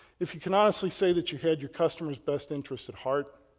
if you can honestly say that you had your customer's best interest at heart,